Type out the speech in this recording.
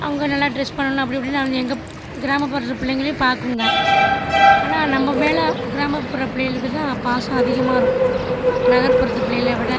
அவங்க நல்லா டிரஸ் பண்ணணும் அப்படி இப்படி எங்கள் கிராமப்புறத்து பிள்ளைங்களையும் பார்க்குங்க ஆனால் நம்ப மேல் கிராமப்புற பிள்ளைகளுக்கு தான் பாசம் அதிகமாக இருக்கும் நகர்புறத்து பிள்ளைகளை விட